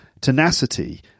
tenacity